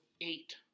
eight